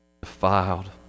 defiled